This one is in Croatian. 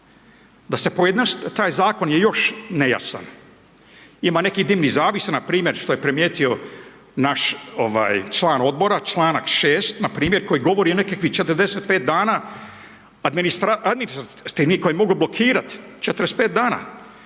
da se, taj Zakon je još nejasan, ima nekih dimnih zavjesa, npr. što je primijetio naš član Odbor, čl. 6. npr. koji govori o nekakvih 45 dana administrativnih koji mogu blokirat, 45 dana,